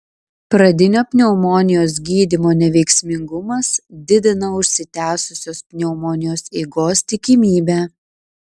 pradinio pneumonijos gydymo neveiksmingumas didina užsitęsusios pneumonijos eigos tikimybę